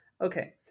Okay